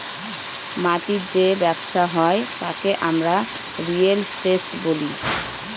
মাটির যে ব্যবসা হয় তাকে আমরা রিয়েল এস্টেট বলি